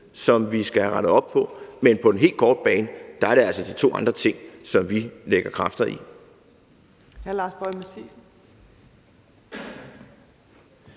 som vi skal have rettet op på. Men på den helt korte bane er det altså de to andre ting, som vi lægger kræfter i.